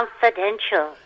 Confidential